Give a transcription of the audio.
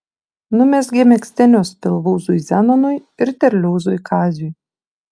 numezgė megztinius pilvūzui zenonui ir terliūzui kaziui